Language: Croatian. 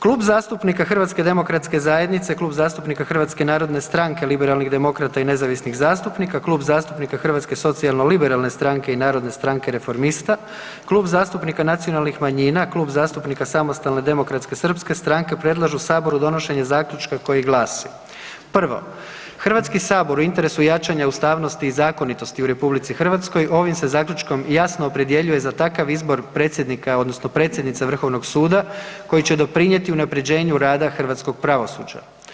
Klub zastupnika HDZ-a, Klub zastupnika Hrvatske narodne stranke liberalnih demokrata i nezavisnih zastupnika, Klub zastupnika Hrvatske socijalno liberalne stranke i Narodne stranke reformista, Klub zastupnika Nacionalnih manjina, Klub zastupnika Samostalne demokratske srpske stranke predlažu saboru donošenje zaključka koji glasi: Prvo, HS u interesu jačanja ustavnosti i zakonitosti u RH ovim se zaključkom jasno opredjeljuje za takav izbor predsjednika odnosno predsjednice vrhovnog suda koji će doprinjeti unaprjeđenju rada hrvatskog pravosuđa.